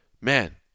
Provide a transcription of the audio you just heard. Man